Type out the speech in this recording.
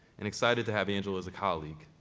and excited to have angela as a colleague,